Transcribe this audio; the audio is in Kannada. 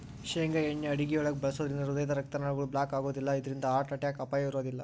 ಶೇಂಗಾ ಎಣ್ಣೆ ಅಡುಗಿಯೊಳಗ ಬಳಸೋದ್ರಿಂದ ಹೃದಯದ ರಕ್ತನಾಳಗಳು ಬ್ಲಾಕ್ ಆಗೋದಿಲ್ಲ ಇದ್ರಿಂದ ಹಾರ್ಟ್ ಅಟ್ಯಾಕ್ ಅಪಾಯ ಇರೋದಿಲ್ಲ